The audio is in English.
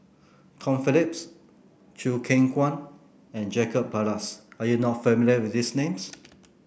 Tom Phillips Choo Keng Kwang and Jacob Ballas are you not familiar with these names